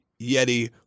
yeti